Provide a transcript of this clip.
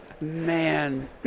man